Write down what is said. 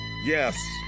Yes